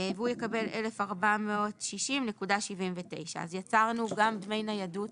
והוא יקבל 1,460.79. אז יצרנו גם דמי ניידות